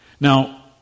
Now